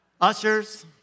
Ushers